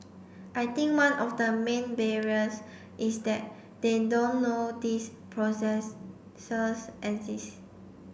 I think one of the main barriers is that they don't know these processes exist